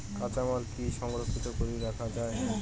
কাঁচামাল কি সংরক্ষিত করি রাখা যায়?